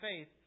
faith